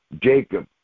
Jacob